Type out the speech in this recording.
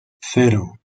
cero